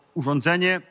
urządzenie